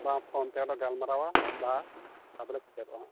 ᱵᱟᱝ ᱯᱷᱳᱱ ᱛᱮᱦᱚᱸᱞᱮ ᱜᱟᱞᱢᱟᱨᱟᱣᱟ ᱵᱟ ᱟᱫᱚᱞᱮ ᱥᱮᱴᱮᱨᱚᱜᱼᱟ ᱦᱟᱸᱜ